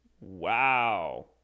Wow